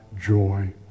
joy